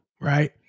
Right